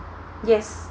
yes